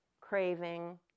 craving